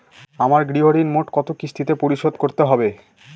আমার গৃহঋণ মোট কত কিস্তিতে পরিশোধ করতে হবে?